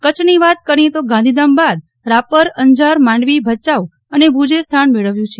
કચ્છની વાત કરીએ તો ગાંધીધામ બાદ રાપર અંજાર માંડવી ભચાઉ અને ભુજ સ્થાન મળવ્યું છે